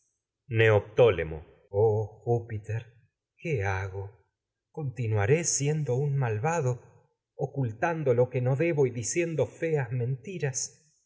dices neoptólemo oh júpiter qué hago continuaré siendo do un malvado ocultando lo que no debo y dicien feas mentiras